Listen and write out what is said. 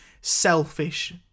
selfish